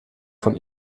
von